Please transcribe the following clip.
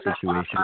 situation